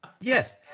Yes